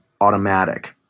Automatic